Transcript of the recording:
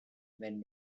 when